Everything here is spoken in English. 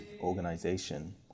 organization